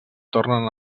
tornen